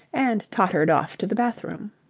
and tottered off to the bathroom.